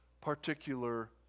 particular